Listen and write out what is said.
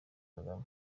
kagame